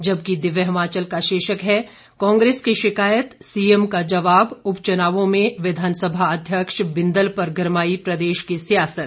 जबकि दिव्य हिमाचल का शीर्षक है कांग्रेस की शिकायत सीएम का जवाब उपचुनावों में विधानसभा अध्यक्ष बिंदल पर गरमाई प्रदेश की सियासत